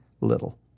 little